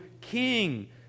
King